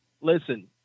Listen